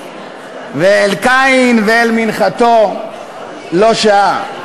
ואל קין ואל מנחתו לא שעה".